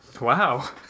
Wow